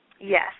Yes